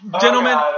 Gentlemen